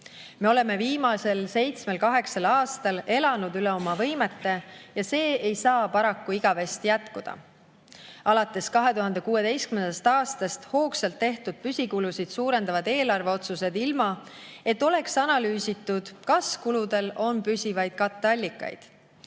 Me oleme viimasel seitsmel-kaheksal aastal elanud üle oma võimete ja see ei saa paraku igavesti jätkuda. Alates 2016. aastast on hoogsalt tehtud püsikulusid suurendavaid eelarveotsuseid, ilma et oleks analüüsitud, kas kuludel on püsivaid katteallikaid.